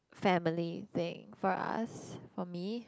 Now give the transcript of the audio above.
family thing for us for me